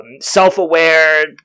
self-aware